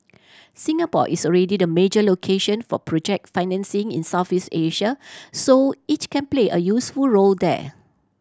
Singapore is already the major location for project financing in Southeast Asia so it can play a useful role there